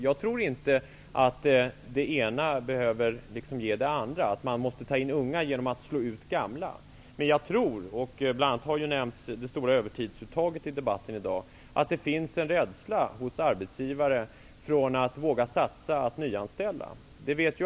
Jag tror inte att det ena behöver ge det andra. Jag tror inte att man måste ta in unga genom att slå ut gamla. Det stora övertidsuttaget har ju nämnts i debatten i dag. Jag tror att det finns en rädsla hos arbetsgivare för att våga satsa på nyanställningar.